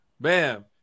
bam